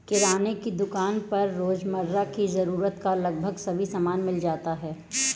किराने की दुकान पर रोजमर्रा की जरूरत का लगभग सभी सामान मिल जाता है